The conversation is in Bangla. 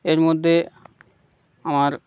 এর মধ্যে আমার